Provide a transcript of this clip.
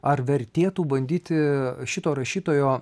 ar vertėtų bandyti šito rašytojo